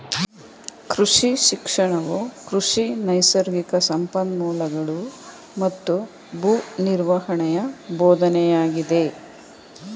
ಕೃಷಿ ಶಿಕ್ಷಣವು ಕೃಷಿ ನೈಸರ್ಗಿಕ ಸಂಪನ್ಮೂಲಗಳೂ ಮತ್ತು ಭೂ ನಿರ್ವಹಣೆಯ ಬೋಧನೆಯಾಗಿದೆ